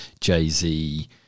Jay-Z